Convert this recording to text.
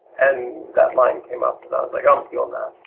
and that line came up and i was like i'm stealing that!